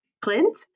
Clint